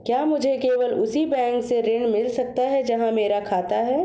क्या मुझे केवल उसी बैंक से ऋण मिल सकता है जहां मेरा खाता है?